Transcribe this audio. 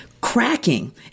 Cracking